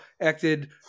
acted